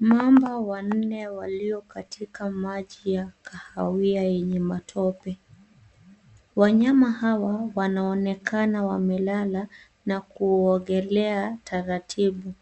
Mamba wanne walio katika maji ya kahawia yenye matope. Wanyama hawa wanaonekana wamelala na kuogelea taratibu